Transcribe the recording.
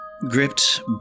gripped